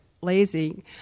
lazy